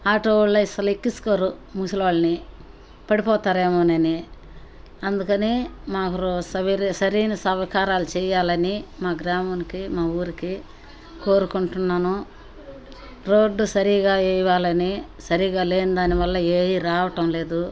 auto వాళ్ళు అసలు ఎక్కించుకోరు ముసలి వాళ్ళని పడిపోతారేమోనని అందుకని మాకు సరైన సౌకర్యాలు చెయ్యాలని మా గ్రామానికి మా ఊరికి కోరుకుంటున్నాను రోడ్డు సరిగా వెయ్యాలని సరిగా లేని దానివల్ల ఏవీ రావటం లేదు